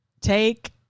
take